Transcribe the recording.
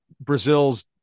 Brazil's